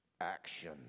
action